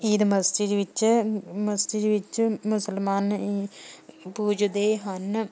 ਈਦ ਮਸਜਿਦ ਵਿੱਚ ਮਸਜਿਦ ਵਿੱਚ ਮੁਸਲਮਾਨ ਈ ਪੂਜਦੇ ਹਨ